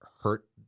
hurt